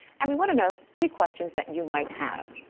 and we want to know any questions that you might have.